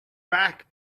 back